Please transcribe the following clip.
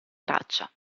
traccia